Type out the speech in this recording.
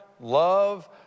love